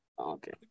Okay